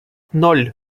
ноль